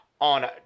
on